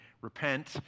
Repent